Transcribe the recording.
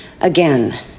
Again